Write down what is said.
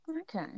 Okay